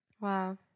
Wow